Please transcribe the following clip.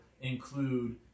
include